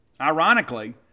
ironically